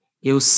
Eu